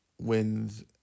wins